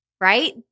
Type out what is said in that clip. right